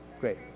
Great